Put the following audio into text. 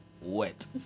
wet